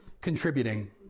contributing